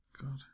God